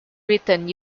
written